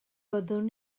fyddwn